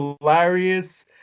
hilarious